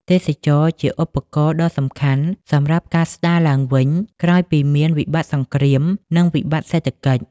ទេសចរណ៍ជាឧបករណ៍ដ៏សំខាន់សម្រាប់ការស្ដារឡើងវិញ ក្រោយពីមានវិបត្តិសង្គ្រាម និងវិបត្តិសេដ្ឋកិច្ច។